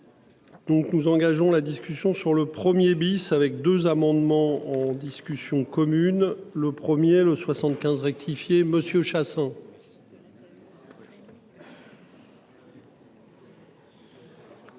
nous engageons la discussion sur le premier bis avec 2 amendements en discussion commune le premier lot 75 rectifié Monsieur